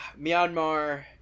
Myanmar